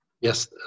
yes